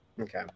okay